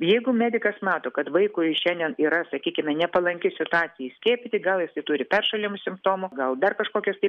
jeigu medikas mato kad vaikui šiandien yra sakykime nepalanki situacija skiepyti gal jisai turi peršalimo simptomų gal dar kažkokios tai